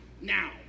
now